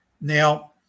Now